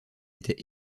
était